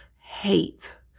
hate